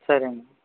సరే అండి